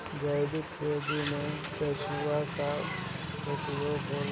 जैविक खेती मे केचुआ का उपयोग होला?